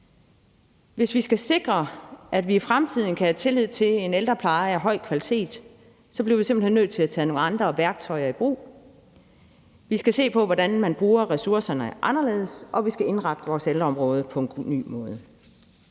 Hvis vi skal sikre, at vi i fremtiden kan have tillid til en ældrepleje af høj kvalitet, bliver vi simpelt hen nødt til at tage nogle andre værktøjer i brug. Vi skal se på, hvordan man bruger ressourcerne anderledes, og vi skal indrette vores ældreområde på en ny måde.